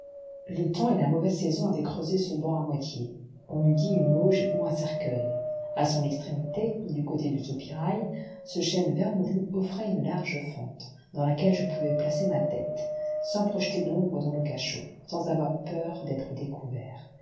le temps et la mauvaise saison avaient creusé ce banc à moitié on eût dit une auge ou un cercueil à son extrémité et du côté du soupirail ce chêne vermoulu offrait une large fente dans laquelle je pouvais placer ma tête sans projeter d'ombre dans le cachot sans avoir peur d'être découvert